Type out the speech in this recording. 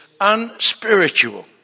unspiritual